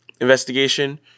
investigation